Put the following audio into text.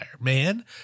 man